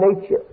nature